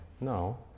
No